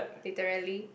literally